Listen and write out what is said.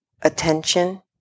attention